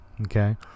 Okay